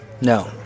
No